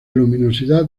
luminosidad